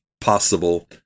possible